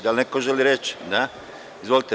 Da li neko želi reč? (Da) Izvolite.